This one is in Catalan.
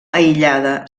aïllada